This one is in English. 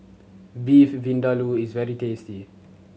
Beef Vindaloo is very tasty